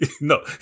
No